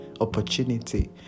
opportunity